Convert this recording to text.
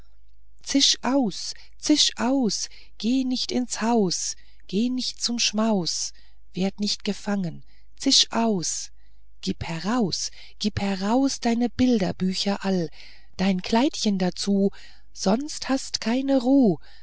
zisch aus zisch aus geh nicht ins haus geh nicht zum schmaus werd nicht gefangen zisch aus gib heraus gib heraus deine bilderbücher all dein kleidchen dazu sonst hast keine ruh